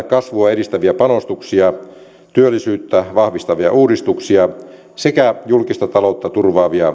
kasvua edistävien panostuksien työllisyyttä vahvistavien uudistuksien sekä julkista taloutta turvaavien